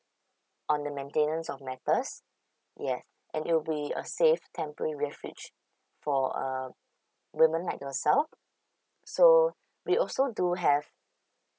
on the maintenance of matters yeah and it'll be a safe temporary refuge for uh women like yourself so we also do have